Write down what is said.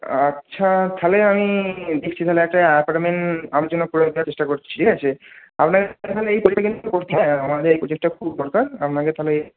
আচ্ছা তাহলে আমি দেখছি তাহলে একটা অ্যাপার্টমেন্ট আপনার জন্য করে দেওয়ার চেষ্টা করছি ঠিক আছে আপনাকে তাহলে এই প্রোজেক্টটা কিন্তু করতে হবে আমাদের এই প্রোজেক্টটা খুব দরকার আপনাকে তাহলে